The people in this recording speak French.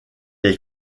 est